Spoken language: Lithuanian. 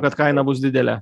kad kaina bus didelė